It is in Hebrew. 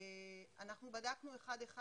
אנחנו בדקנו אחד-אחד.